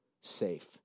safe